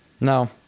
No